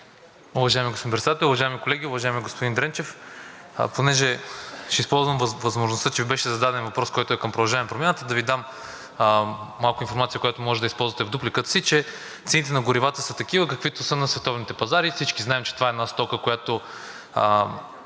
Уважаеми господин Председател, уважаеми колеги! Уважаеми господин Дренчев, понеже ще използвам възможността, че беше зададен въпрос, който е към „Продължаваме Промяната“, да Ви дам малко информация, която можете да използвате в дупликата си, че цените на горивата са такива, каквито са на световните пазари. Всички знаем, че това е една стока, която